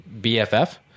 BFF